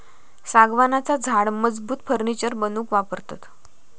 सागवानाचा झाड मजबूत फर्नीचर बनवूक वापरतत